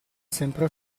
sempre